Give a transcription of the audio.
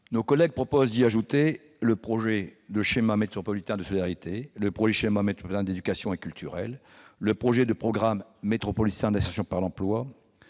Nos collègues proposent d'y ajouter les projets de schéma métropolitain des solidarités, de schéma métropolitain éducatif et culturel ainsi que le projet de programme métropolitain d'insertion par l'emploi.